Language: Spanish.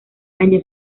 año